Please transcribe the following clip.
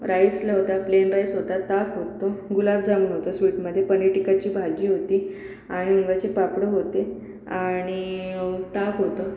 rice नव्हता plain rice होता ताक होतं गुलाबजाम होतं स्वीटमध्ये पनीर टिक्काची भाजी होती आणि मुगाची पापडं होते आणि ताक होतं